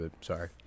sorry